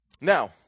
now